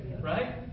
Right